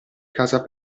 casa